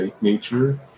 nature